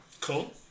Cool